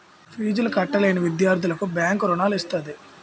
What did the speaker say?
ఫీజులు కట్టలేని విద్యార్థులకు బ్యాంకు రుణాలు ఇస్తది